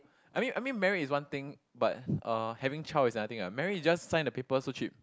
I mean I mean marry is one thing but uh having child is another thing ah marry you just sign the paper so cheap